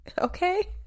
okay